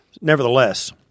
nevertheless